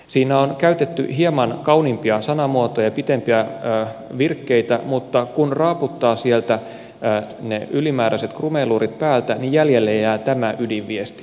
siinä on käytetty hieman kauniimpia sanamuotoja ja pitempiä virkkeitä mutta kun raaputtaa sieltä ne ylimääräiset klumeluurit päältä jäljelle jää tämä ydinviesti